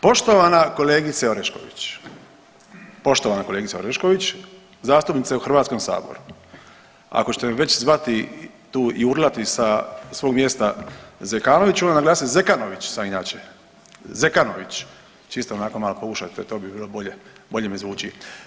Poštovana kolegice Orešković, poštovana kolegice Orešković zastupnice u Hrvatskom saboru ako ćete me već zvati tu i urlati sa svog mjesta Zekanoviću, onda naglasite Zekanović sam inače, Zekanović čisto onako malo pokušajte to bi bilo bolje, bolje mi zvuči.